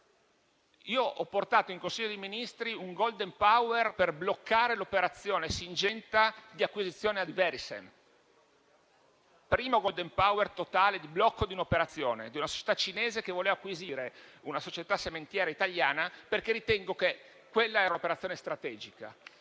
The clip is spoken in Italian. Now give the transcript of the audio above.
Ho portato in Consiglio dei ministri un *golden power* per bloccare l'operazione di acquisizione da parte di Syngenta di Verisem, primo *golden power* totale di blocco di un'operazione di una società cinese che voleva acquisire una società sementiera italiana perché ritenni che quella fosse un'operazione strategica